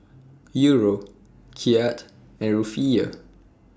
Euro Kyat and Rufiyaa